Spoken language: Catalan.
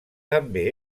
també